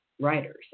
writers